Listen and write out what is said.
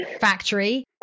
factory